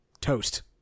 toast